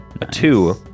two